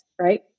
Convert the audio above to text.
right